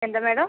എന്താ മേഡം